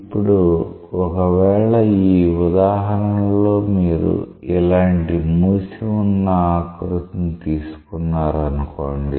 ఇప్పుడు ఒకవేళ ఈ ఉదాహరణలో మీరు ఇలాంటి మూసి ఉన్న ఆకృతిని తీసుకున్నారనుకోండి